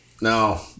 No